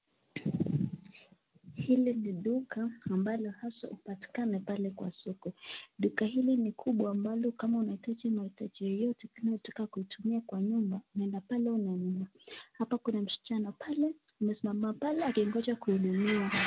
Hili ni duka ambalo haswa hupatikana pale kwa soko. Duka hili ni kubwa ambalo kama unahitaji mahitaji yoyote kama unataka kuitumia kwa nyumba unaenda pale unanunua. Hapa kuna msichana pale, amesimama pale akingoja kuhudumiwa.